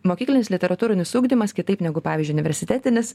mokyklinis literatūrinis ugdymas kitaip negu pavyzdžiui universitetinis